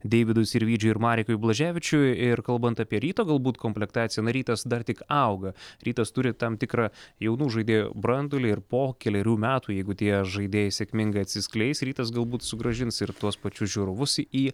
deividui sirvydžiui ir marekui blaževičiui ir kalbant apie ryto galbūt komplektaciją na rytas dar tik auga rytas turi tam tikrą jaunų žaidėjų branduolį ir po kelerių metų jeigu tie žaidėjai sėkmingai atsiskleis rytas galbūt sugrąžins ir tuos pačius žiūrovus į